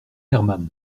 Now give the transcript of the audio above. herman